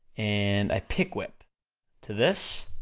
and i pick whip to this,